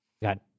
Got